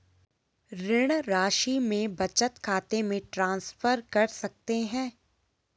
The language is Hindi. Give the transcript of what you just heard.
ऋण राशि मेरे बचत खाते में ट्रांसफर कर सकते हैं?